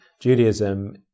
Judaism